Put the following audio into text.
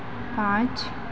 पाँच